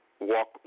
walk